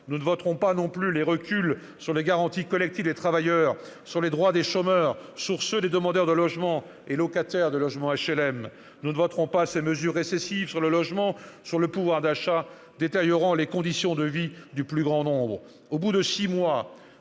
Nous ne voterons pas non plus les reculs sur les garanties collectives des travailleurs, sur les droits des chômeurs, sur ceux des demandeurs de logement et des locataires de logements HLM. Nous ne voterons pas ces mesures récessives sur le logement, sur le pouvoir d'achat, qui détériorent les conditions de vie du plus grand nombre. Au bout de six mois,